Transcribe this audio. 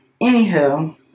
anywho